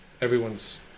everyone's